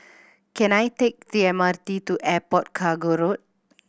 can I take the M R T to Airport Cargo Road